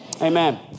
Amen